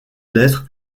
lettres